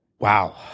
wow